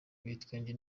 ibitwenge